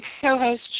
co-host